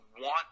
want